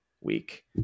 week